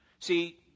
See